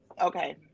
Okay